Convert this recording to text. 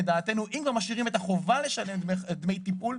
לדעתנו אם כבר משאירים את החובה לשלם דמי טיפול,